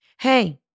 Hey